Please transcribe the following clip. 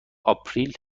آپریل